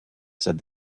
said